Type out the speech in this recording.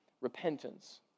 repentance